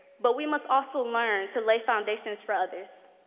but we must also learn to lay foundations for others.